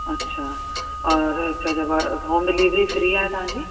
अछा ओर छा चइबो आहे होम डिलेवरी फ्री आहे तव्हांजी